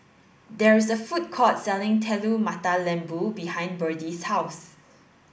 There is a food court selling Telur Mata Lembu behind Berdie's house